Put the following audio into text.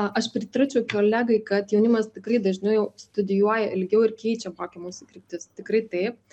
aš pritarčiau kolegai kad jaunimas tikrai dažniau studijuoja ilgiau ir keičia mokymosi kryptis tikrai taip